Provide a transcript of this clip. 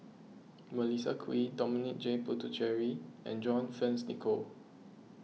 Melissa Kwee Dominic J Puthucheary and John Fearns Nicoll